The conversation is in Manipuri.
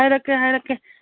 ꯍꯥꯏꯔꯛꯀꯦ ꯍꯥꯏꯔꯛꯀꯦ